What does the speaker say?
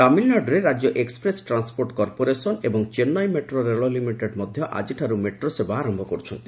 ତାମିଲନାଡ଼ୁରେ ରାଜ୍ୟ express transport corporation ଏବଂ ଚେନ୍ନାଇ ମେଟ୍ରୋ ରେଳ ଲିମିଟେଡ ମଧ୍ୟ ଆଜିଠାରୁ ମେଟ୍ରୋ ସେବା ଆରମ୍ଭ କରୁଛନ୍ତି